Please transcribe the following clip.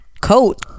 coat